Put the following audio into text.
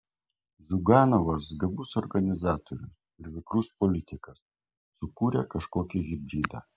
ziuganovas gabus organizatorius ir vikrus politikas sukūrė kažkokį hibridą